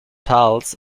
pals